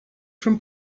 from